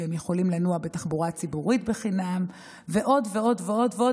שהם יכולים לנוע בתחבורה הציבורית בחינם ועוד ועוד ועוד ועוד.